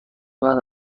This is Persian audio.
بعد